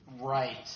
Right